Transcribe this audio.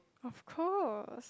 of course